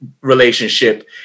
relationship